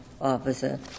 officer